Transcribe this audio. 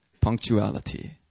punctuality